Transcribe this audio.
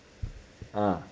ah